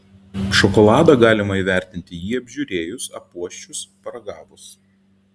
šokoladą galima įvertinti jį apžiūrėjus apuosčius paragavus